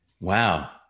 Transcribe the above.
Wow